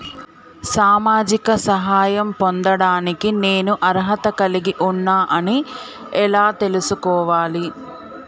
సామాజిక సహాయం పొందడానికి నేను అర్హత కలిగి ఉన్న అని ఎలా తెలుసుకోవాలి?